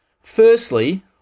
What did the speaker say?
Firstly